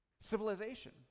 civilization